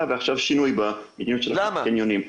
ועכשיו שינוי במדיניות של הקניונים.